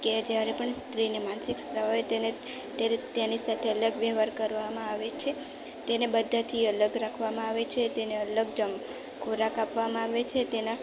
કે જ્યારે પણ સ્ત્રીને માનસિક સ્ત્રાવ આવે ત્યારે તેની સાથે અલગ વ્યવહાર કરવામાં આવે છે તેને બધાંથી અલગ રાખવામાં આવે છે તેને અલગ ખોરાક આપવામાં આવે છે તેના